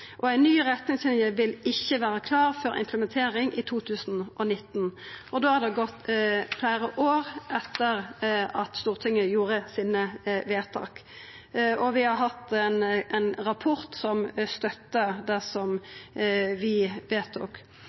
ny retningslinje vil ikkje vera klar for implementering før i 2019. Da har det gått fleire år etter at Stortinget gjorde sine vedtak, og vi har hatt ein rapport som støttar det vi vedtok.